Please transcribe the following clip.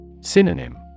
Synonym